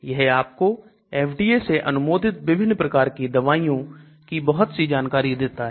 यह आपको FDA से अनुमोदित विभिन्न प्रकार की दवाइयों की बहुत सी जानकारी देता है